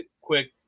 quick